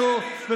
עונה